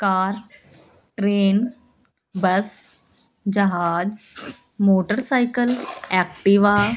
ਕਾਰ train bus ਜਹਾਜ਼ motorcycle Activa